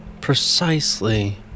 precisely